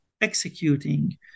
executing